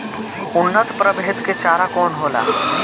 उन्नत प्रभेद के चारा कौन होला?